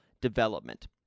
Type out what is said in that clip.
development